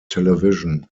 television